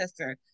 processor